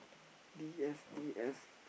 B F D S